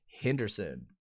Henderson